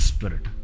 Spirit